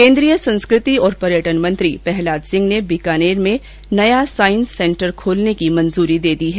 केन्द्रीय संस्कृति एवं पर्यटन मंत्री प्रहलाद सिंह ने बीकानेर में नया सांईस सेन्टर खोलने की मंजूरी दे दी है